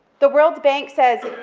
the world banks says,